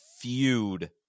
feud